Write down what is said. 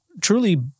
truly